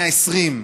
120,